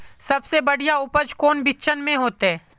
सबसे बढ़िया उपज कौन बिचन में होते?